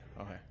Okay